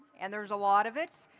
and there's a lot of it.